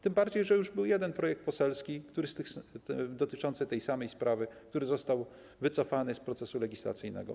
Tym bardziej że już był jeden projekt poselski dotyczący tej samej sprawy, który został wycofany z procesu legislacyjnego.